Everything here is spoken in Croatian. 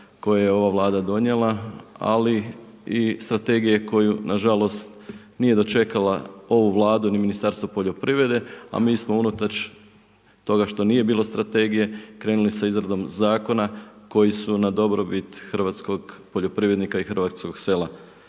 koje je ova vlada donijela, ali i strategije, koju nažalost, nije dočekala ovu vladu ni ministarstvo poljoprivrede. A mi smo unatoč toga što nije bilo strategije, krenuli sa izradom zakona, koji su na dobrobit hrvatskog poljoprivrednika i hrvatskog sela.